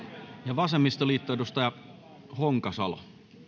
vasemmistoliitto edustaja honkasalo